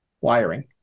wiring